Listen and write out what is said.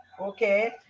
okay